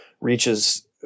reaches